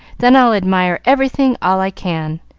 then i'll admire everything all i can.